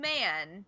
man